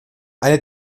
eine